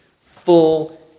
full